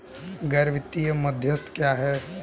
गैर वित्तीय मध्यस्थ क्या हैं?